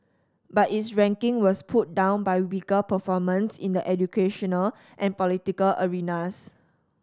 but its ranking was pulled down by weaker performance in the educational and political arenas